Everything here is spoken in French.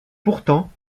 pourtant